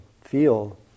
feel